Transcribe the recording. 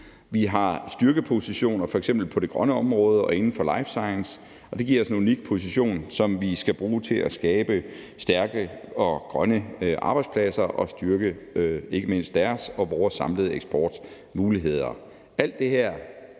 Vi har styrkepositioner, f.eks. på det grønne område og inden for life science, og det giver os en unik position, som vi skal bruge til at skabe stærke og grønne arbejdspladser og styrke ikke mindst deres og vores samlede eksportmuligheder.